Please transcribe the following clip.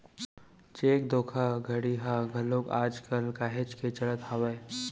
cheque धोखाघड़ी ह घलोक आज कल काहेच के चलत हावय